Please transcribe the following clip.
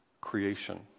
creation